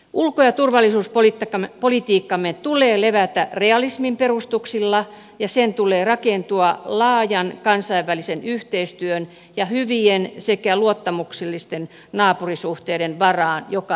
ulko ja turvallisuuspolitiikkamme tulee levätä realismin perustuksilla ja sen tulee rakentua laajan kansainvälisen yhteistyön ja hyvien sekä luottamuksellisten naapurisuhteiden varaan joka ilmansuunnassa